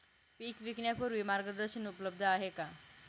पीक विकण्यापूर्वी मार्गदर्शन उपलब्ध आहे का?